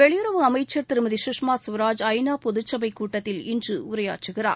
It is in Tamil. வெளியுறவு அமைச்சர் திருமதி சுஷ்மா ஸ்வராஜ் ஐ நா பொது சபைக் கூட்டத்தில் இன்று உரையாற்றுகிறார்